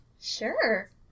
Sure